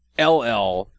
LL